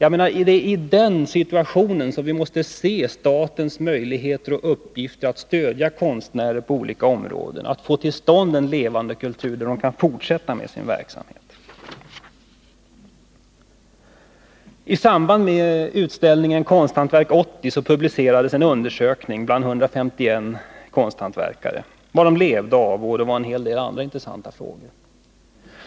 — Det är i den situationen som vi måste se statens möjligheter och uppgift att stödja konstnärer på olika områden, hjälpa dem att få till stånd en levande kultur, där de kan fortsätta med sin verksamhet. I samband med utställningen Konsthantverk 80 publicerades en undersökning som gjorts bland 151 konsthantverkare, varvid man frågat om vad de levde av och en hel del andra intressanta saker.